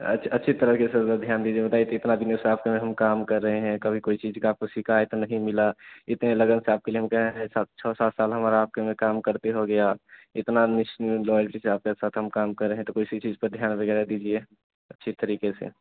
अच्छी अच्छी तरीक़े से ध्यान दीजिए बताइए तो इतने दिनों से आपके पास हम काम कर रहें हैं कभी कोई चीज़ की आप को शिकायत नहीं मिली इतने लगन से आपके लिए गए हैं सात छः सात साल हमारा आपके में काम करते हो गया इतना निश लॉयल्टी से आपके साथ हम काम कर रहें तो कोई इसी चीज़ पर ध्यान वग़ैरह दीजिए अच्छे तरीक़े से